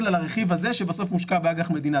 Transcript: על הרכיב הזה שבסוף מושקע באג"ח מדינה,